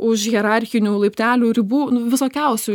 už hierarchinių laiptelių ribų visokiausių